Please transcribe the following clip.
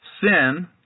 sin